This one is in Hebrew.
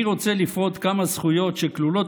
אני רוצה לפרוט כמה זכויות שכלולות,